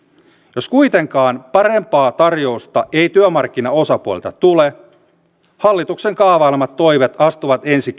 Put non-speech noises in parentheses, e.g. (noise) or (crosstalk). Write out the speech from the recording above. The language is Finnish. jos kuitenkaan parempaa tarjousta ei työmarkkinaosapuolilta tule hallituksen kaavailemat toimet astuvat ensi (unintelligible)